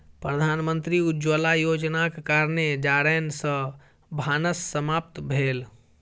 प्रधानमंत्री उज्ज्वला योजनाक कारणेँ जारैन सॅ भानस समाप्त भेल